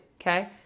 okay